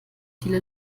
viele